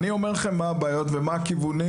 אני אומר לכם מה הבעיות ומה הכיוונים.